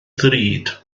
ddrud